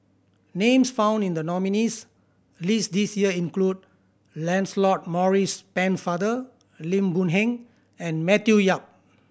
names found in the nominees' list this year include Lancelot Maurice Pennefather Lim Boon Heng and Matthew Yap